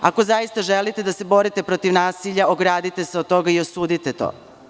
Ako zaista želite da se borite protiv nasilja, ogradite se od toga i osudite to.